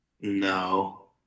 No